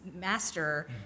master